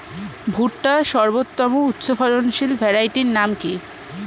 ভুট্টার সর্বোত্তম উচ্চফলনশীল ভ্যারাইটির নাম কি?